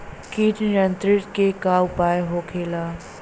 कीट नियंत्रण के का उपाय होखेला?